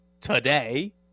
today